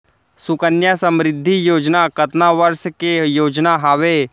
सुकन्या समृद्धि योजना कतना वर्ष के योजना हावे?